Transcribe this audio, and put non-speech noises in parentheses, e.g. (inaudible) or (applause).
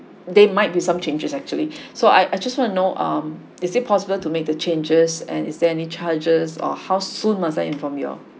they might be some changes actually (breath) so I I just want to know um is it possible to make the changes and is there any charges or how soon must I inform y'all